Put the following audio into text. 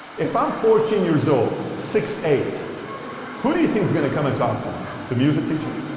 if i'm fourteen years old, six eight who do you think's going to come ah talk to me? the music teacher?